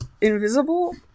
invisible